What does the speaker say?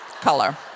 color